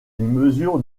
mesure